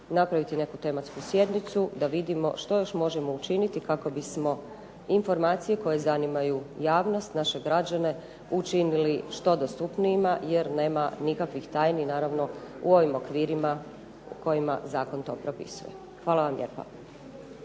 napraviti neku tematsku sjednicu da vidimo što još možemo učiniti kako bismo informacije koje zanimaju javnost, naše građane učinili što dostupnijima jer nema nikakvih tajni naravno u ovim okvirima u kojima zakon to propisuje. Hvala vam lijepa.